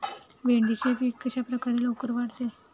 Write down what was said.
भेंडीचे पीक कशाप्रकारे लवकर वाढते?